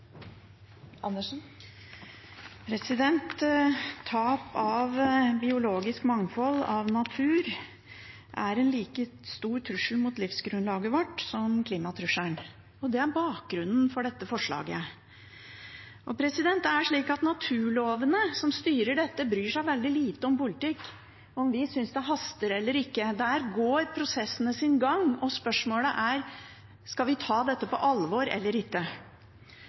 over. Tap av biologisk mangfold, av natur, er en like stor trussel mot livsgrunnlaget vårt som klimatrusselen. Det er bakgrunnen for dette forslaget. Naturlovene som styrer dette, bryr seg veldig lite om politikk, om vi synes det haster eller ikke. Der går prosessene sin gang. Spørsmålet er: Skal vi ta dette på alvor eller ikke?